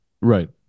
right